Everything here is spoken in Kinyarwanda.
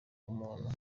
umuntu